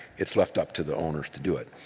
it's left up to the owners to do it.